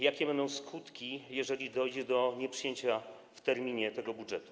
Jakie będą skutki, jeżeli dojdzie do nieprzyjęcia w terminie tego budżetu?